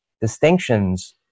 Distinctions